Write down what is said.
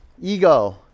Ego